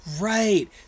Right